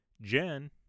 Jen